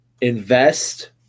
invest